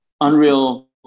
unreal